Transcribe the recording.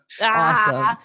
Awesome